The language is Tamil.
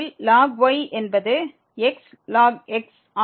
log y என்பது xln x ஆக மாறும்